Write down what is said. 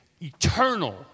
eternal